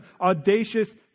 audacious